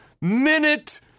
minute